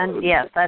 Yes